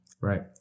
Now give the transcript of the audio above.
Right